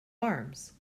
arms